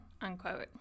unquote